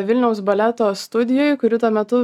vilniaus baleto studijoj kuri tuo metu